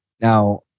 Now